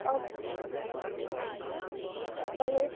और हलो